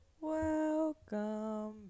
welcome